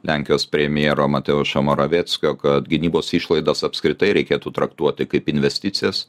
lenkijos premjero mateušo moraveckio kad gynybos išlaidas apskritai reikėtų traktuoti kaip investicijas